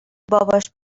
باباش